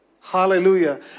Hallelujah